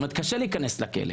זאת אומרת שקשה להיכנס לכלא.